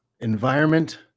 environment